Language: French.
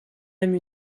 aime